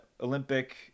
Olympic